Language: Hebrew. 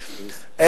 אני